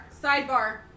sidebar